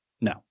No